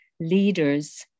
leaders